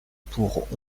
pour